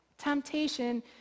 temptation